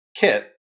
kit